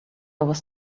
was